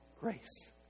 grace